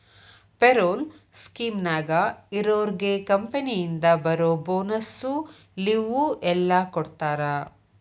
payroll ಸ್ಕೇಮ್ನ್ಯಾಗ ಇರೋರ್ಗೆ ಕಂಪನಿಯಿಂದ ಬರೋ ಬೋನಸ್ಸು ಲಿವ್ವು ಎಲ್ಲಾ ಕೊಡ್ತಾರಾ